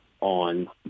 on